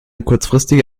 kurzfristige